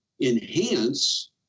enhance